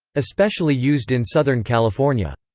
especially used in southern california.